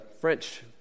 French